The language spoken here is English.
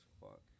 fuck